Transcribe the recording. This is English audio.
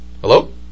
Hello